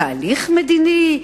תהליך מדיני?